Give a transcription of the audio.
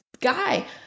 Guy